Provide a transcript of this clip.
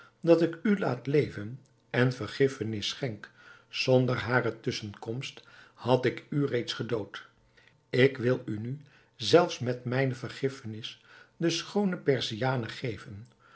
dat ik u laat leven en vergiffenis schenk zonder hare tusschenkomst had ik u reeds gedood ik wil u nu zelfs met mijne vergiffenis de schoone perziane geven